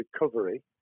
recovery